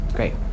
Great